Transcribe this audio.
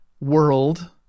world